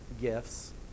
gifts